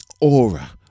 aura